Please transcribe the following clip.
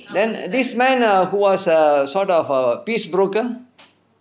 then this man err who was err sort of a peace broker